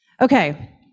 Okay